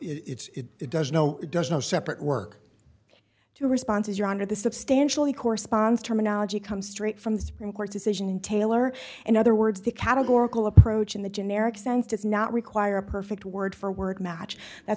it's it does no it does not separate work two responses your honor the substantially corresponds terminology come straight from the supreme court decision taylor in other words the categorical approach in the generic sense does not require a perfect word for word match that